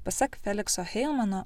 pasak felikso heumano